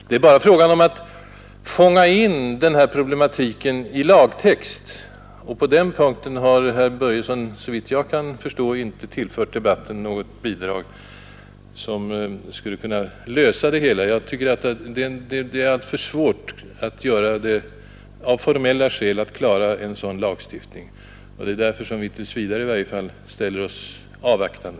Det saken gäller är att kunna fånga in den här problematiken i lagtext, och på den punkten har herr Börjesson, såvitt jag kan förstå, inte tillfört debatten något egentligt bidrag, som skulle kunna lösa det problemet. Jag tycker för min personliga del att det är alltför svårt av formella skäl att klara en sådan lagstiftning, och det är därför som vi i varje fall tills vidare ställer oss avvaktande.